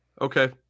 Okay